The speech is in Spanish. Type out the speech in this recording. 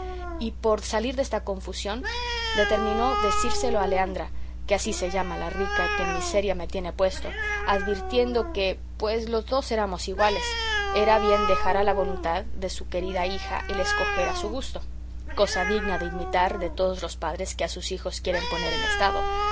y por salir desta confusión determinó decírselo a leandra que así se llama la rica que en miseria me tiene puesto advirtiendo que pues los dos éramos iguales era bien dejar a la voluntad de su querida hija el escoger a su gusto cosa digna de imitar de todos los padres que a sus hijos quieren poner en estado